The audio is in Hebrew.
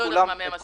את כולם עשיתי.